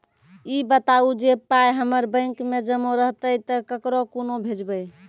ई बताऊ जे पाय हमर बैंक मे जमा रहतै तऽ ककरो कूना भेजबै?